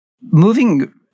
moving